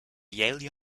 yale